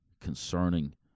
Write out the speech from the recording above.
concerning